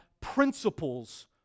principles